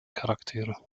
charaktere